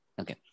Okay